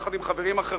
יחד עם חברים אחרים,